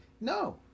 no